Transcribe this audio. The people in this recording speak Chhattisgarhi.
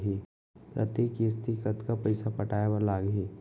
प्रति किस्ती कतका पइसा पटाये बर लागही?